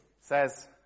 says